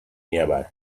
nearby